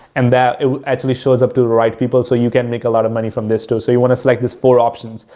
and that actually shows up to the right people so you can make a lot of money from this too. so, you want to select this four options.